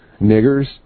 niggers